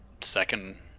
second